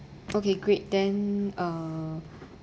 okay great then uh